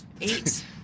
Eight